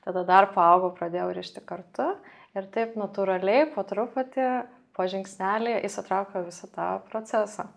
tada dar paaugau pradėjau rišti kartu ir taip natūraliai po truputį po žingsnelį įsitraukiau į visą tą procesą